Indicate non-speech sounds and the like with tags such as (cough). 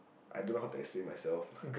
I don't know how to explain myself (breath)